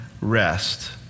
rest